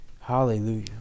Hallelujah